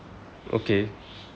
okay